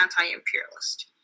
anti-imperialist